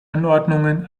anordnungen